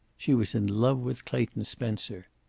she was in love with clayton spencer.